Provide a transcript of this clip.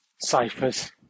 ciphers